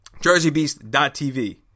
jerseybeast.tv